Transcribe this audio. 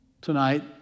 tonight